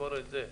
ביקורת זה,